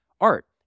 art